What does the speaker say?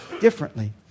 differently